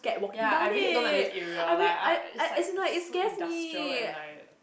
ya I really don't like this area like uh it's like so industrial and like